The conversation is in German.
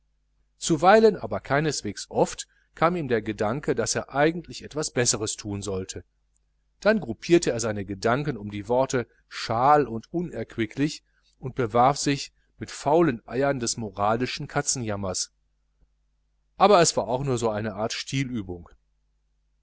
zuweilen aber keineswegs oft kam ihm der gedanke daß er eigentlich etwas besseres thun sollte dann gruppierte er seine gedanken um die worte schaal und unerquicklich und bewarf sich mit den faulen eiern des moralischen katzenjammers aber es war auch nur eine art